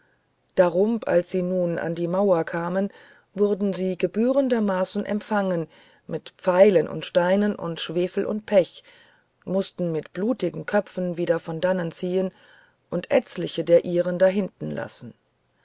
darumb als sy nun an die mauer kamend wurden sie gebührender maaßen empfangen mit pfeilen und steinen und schwefel und pech mußten mit blutigen köpfen wider von dannen ziehn und etzliche der ihrigen dahinten lassen